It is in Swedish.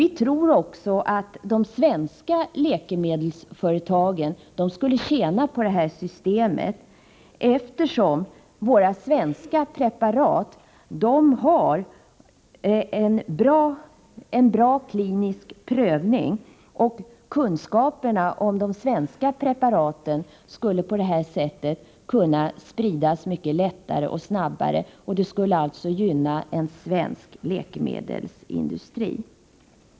Vi tror i vpk att de svenska läkemedelsföretagen skulle tjäna på detta system, eftersom våra svenska preparat utsätts för en bra klinisk prövning. Kunskaperna om de svenska preparaten skulle på detta sätt kunna spridas mycket lättare och snabbare, vilket alltså skulle gynna en svensk läkemedelsindustri.